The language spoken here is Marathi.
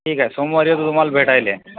ठीक आहे सोमवारी येतो तुम्हाला भेटायला